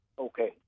Okay